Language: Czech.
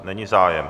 Není zájem.